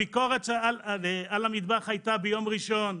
הביקורת על המטבח הייתה ביום ראשון,